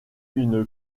une